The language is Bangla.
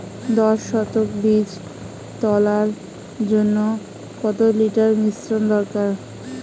দশ শতক বীজ তলার জন্য কত লিটার মিশ্রন দরকার?